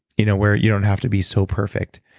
you know where you don't have to be so perfect.